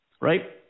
right